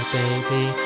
baby